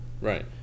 Right